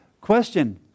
Question